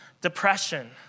depression